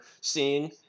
seeing